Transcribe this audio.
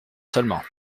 seulement